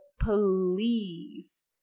please